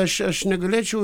aš aš negalėčiau